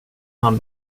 han